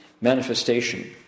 manifestation